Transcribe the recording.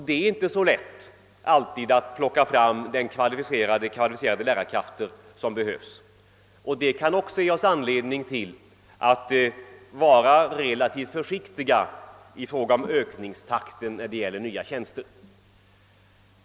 Det är inte alltid så lätt att plocka fram de kvalificerade lärarkrafter som behövs. Också den saken kan ge oss anledning att vara relativt försiktiga i fråga om ökningstakten när det gäller nya tjänster.